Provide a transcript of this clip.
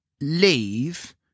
leave